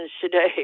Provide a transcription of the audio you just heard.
today